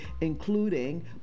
including